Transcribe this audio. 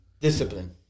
Discipline